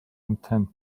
intend